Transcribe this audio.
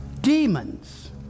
Demons